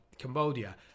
Cambodia